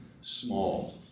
small